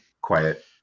quiet